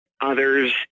others